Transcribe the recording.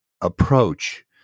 approach